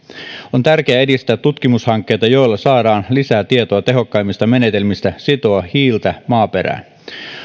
on tärkeää edistää tutkimushankkeita joilla saadaan lisää tietoa tehokkaimmista menetelmistä sitoa hiiltä maaperään